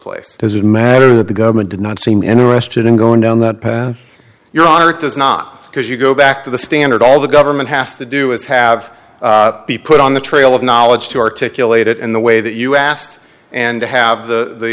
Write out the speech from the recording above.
place does it matter that the government did not seem interested in going down that path your honor it does not because you go back to the standard all the government has to do is have be put on the trail of knowledge to articulate it in the way that you asked and to have the